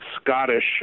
Scottish